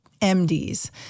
MDs